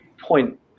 point